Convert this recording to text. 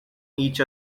each